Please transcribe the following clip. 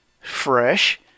fresh